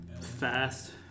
fast